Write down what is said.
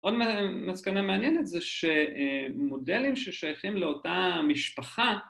עוד מ.. מסקנה מעניינת זה ש.. אה.. מודלים ששייכים לאותה משפחה